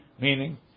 Meaning